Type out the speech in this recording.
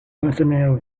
personnel